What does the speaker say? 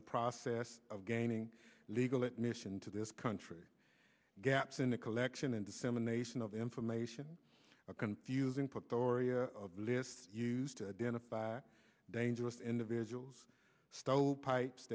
the process of gaining legal that mission to this country gaps in the collection and dissemination of information are confusing put doria lists used to identify dangerous individuals stove pipes